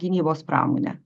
gynybos pramonę